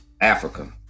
Africa